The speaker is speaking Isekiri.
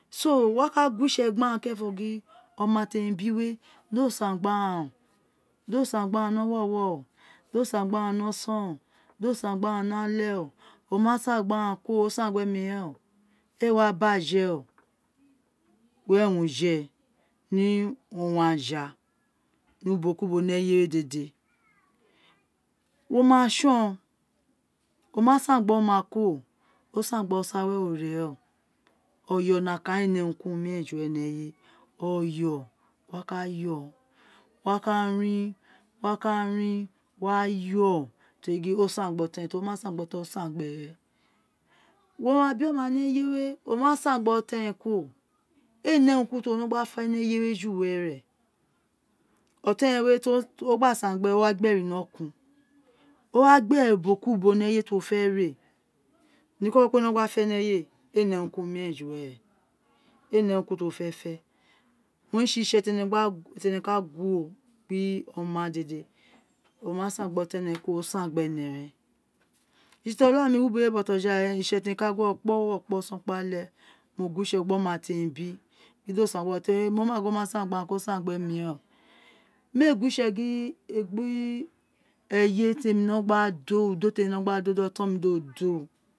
so wo wa ka guwo itse gbi aghan gin oma temi bi we do saagbi aghan o do saan gbi aghan ni owowo dosen gbi aghan ni osono do san gbi aghan ni ale o oma san gbi aghan kuro o san gbe mi reno ee wa baje o wee won je ni owun aja ni ubo kuulo ni eyewe dede woma tson oma saan gbi oma kuro do saan gbi osa bi ore reeno oyo nokan ren re ne urun ku urun ju were ni eyewe oyo bi a kayo wo wa ka rin wo wa ka rin wa yo tori gin osan gbi otonre to rr o ma san gbi oyon re osaan keren gbi ere ren wo ma bi oma ni ira eye we oma saan gbi oton rebkuro ee ne utun ku uruen ti wo no fer ni eylwe ju were oton re we we to gba saan gbe owa gbe uwo re inokun owa gbe re re ubo ku ubo ni eyewe ti wo fe re niko wo kpe no gba fe ni eyewe ee ne urun ku urun ju were ee ne urun ka urun ti wo fe fe ju were owun re tsi itsi ti ene ka guwo gbi omq ghqn dede oma saan gbi ene ken ren tsi tsi olami ti owi ubo we bojawe itse ti mo ka guwo kpi owo kpi oson kpi a le mo gu wo itse gbi oma temi bi gin do saan gbi agjan fori mo ma gin oma saan gbi aghan kuro osaan gbemi ren o mi ee gu wo itse gin eee gbi eye temi no gba do di udo temi no gba do di oton mi do o